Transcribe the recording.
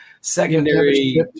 Secondary